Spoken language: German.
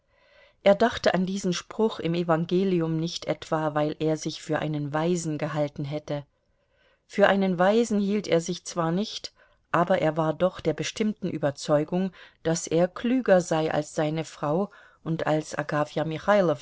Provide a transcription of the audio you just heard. er dachte an diesen spruch im evangelium nicht etwa weil er sich für einen weisen gehalten hätte für einen weisen hielt er sich zwar nicht aber er war doch der bestimmten überzeugung daß er klüger sei als seine frau und als agafja